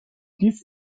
dies